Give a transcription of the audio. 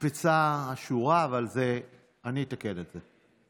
הוקפצה השורה, אבל אני אתקן את זה.